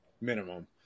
minimum